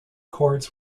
cords